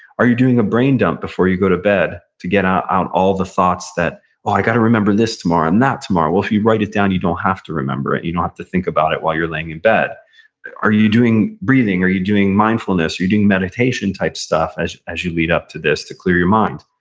are you doing a brain dump before you go to bed to get out all the thoughts that, oh i got to remember this tomorrow, and that tomorrow. well if you write it down, you don't have to remember it, you don't have to think about it while you're laying in bed are you doing breathing, are you doing mindfulness, are you doing meditation type stuff as as you lead up to this to clear your mind?